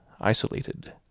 isolated